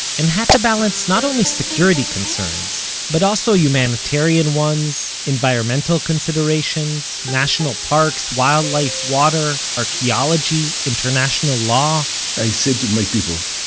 and had to balance not only security concerns, but also humanitarian ones, environmental considerations, national parks, wildlife, water, archeology, international law i said to my people,